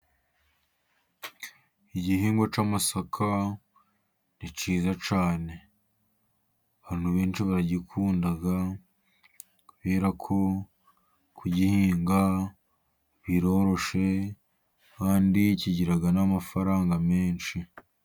Igihingwa cy'amasaka ni cyiza cyane abantu benshi baragikunda, kubera ko kugihinga biroroshye ,kandi kigira n'amafaranga menshi.